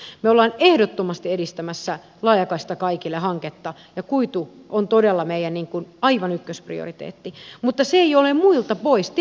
me olemme ehdottomasti edistämässä laajakaista kaikille hanketta ja kuitu on todella meidän aivan ykkösprioriteettimme mutta se ei ole muilta pois